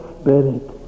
Spirit